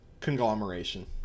conglomeration